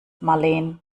marleen